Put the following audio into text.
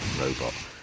robot